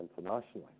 internationally